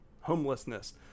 homelessness